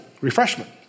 refreshment